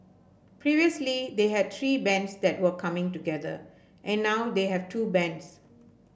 previously they had three bands that were coming together and now they have two bands